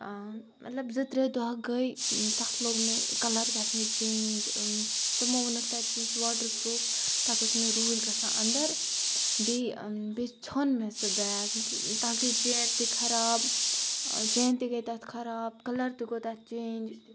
مطلب زٕ ترٛےٚ دۄہ گٔے تَتھ لوٚگ مےٚ کَلَر گژھنہِ چینٛج تِمو ووٚنُکھ تَتہِ سا یہِ چھِ واٹَر پرٛوٗپھ تَتھ اوس مےٚ روٗد گژھان اَندَر بیٚیہِ بیٚیہِ ژھیوٚن مےٚ سُہ بیگ تَتھ گٔے چین تہِ خراب چین تہِ گٔے تَتھ خراب کَلَر تہِ گوٚو تَتھ چینٛج